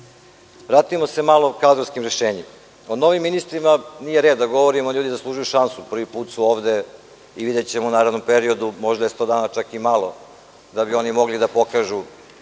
nude. Vratimo se malo kadrovskim rešenjima. O novim ministrima nije red da govorimo. Ljudi zaslužuju šansu. Prvi put su ovde i videćemo u narednom periodu, možda je 100 dana čak i malo da bi oni mogli da pokažu